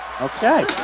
Okay